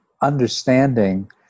understanding